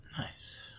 Nice